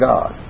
God